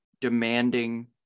demanding